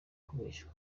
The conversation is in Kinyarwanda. kubeshywa